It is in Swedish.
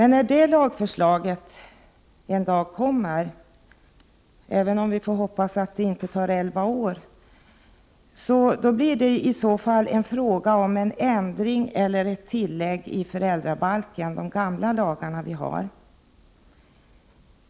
När detta lagförslag en dag kommer — vi får hoppas att det inte tar elva år — kommer det att innebära en ändring eller ett tillägg i föräldrabalken, dvs. i de gamla lagar vi har.